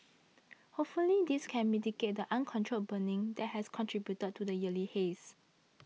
hopefully this can mitigate the uncontrolled burning that has contributed to the yearly haze